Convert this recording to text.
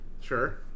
Sure